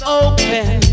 open